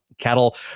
Cattle